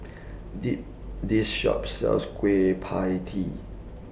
They This Shop sells Kueh PIE Tee